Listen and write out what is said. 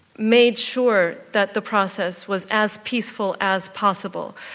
made sure that the process was as peaceful as possible,